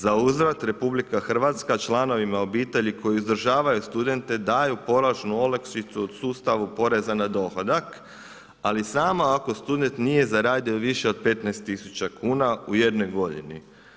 Za uzvrat RH članovima obitelji koji izdržavaju studente daju poreznu olakšicu od sustava poreza na dohodak, ali samo ako student nije zaradio više od 15.000 kuna u jednoj godini.